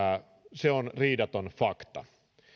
se on riidaton fakta